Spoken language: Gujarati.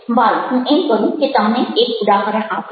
વારુ હું એમ કરું કે તમને એક ઉદાહરણ આપું